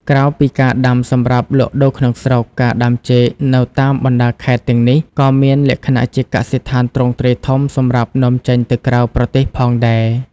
ក្រៅពីការដាំសម្រាប់លក់ដូរក្នុងស្រុក ការដាំចេកនៅតាមបណ្តាខេត្តទាំងនេះក៏មានលក្ខណៈជាកសិដ្ឋានទ្រង់ទ្រាយធំសម្រាប់នាំចេញទៅក្រៅប្រទេសផងដែរ។